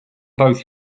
both